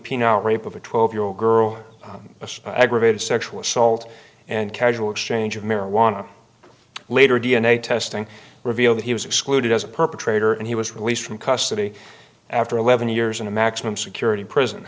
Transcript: pino rape of a twelve year old girl of aggravated sexual assault and casual exchange of marijuana later d n a testing revealed he was excluded as a perpetrator and he was released from custody after eleven years in a maximum security prison